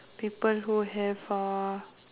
people who have uh